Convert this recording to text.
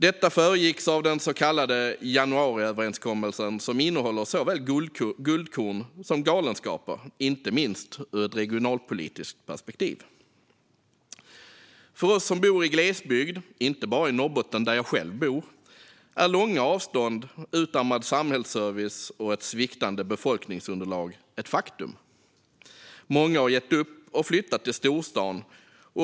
Detta föregicks av den så kallade januariöverenskommelsen, som innehåller såväl guldkorn som galenskaper, inte minst ur ett regionalpolitiskt perspektiv. För oss som bor i glesbygd - inte bara i Norrbotten, där jag själv bor - är långa avstånd, utarmad samhällsservice och ett sviktande befolkningsunderlag ett faktum. Många har gett upp och flyttat till storstan.